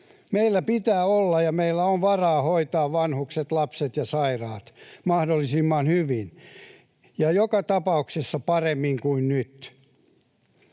Meillä pitää olla ja meillä on varaa hoitaa vanhukset, lapset ja sairaat mahdollisimman hyvin ja joka tapauksessa paremmin kuin nyt.